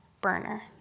burner